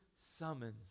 summons